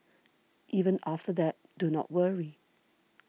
even after that do not worry